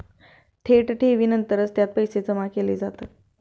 थेट ठेवीनंतरच त्यात पैसे जमा केले जातात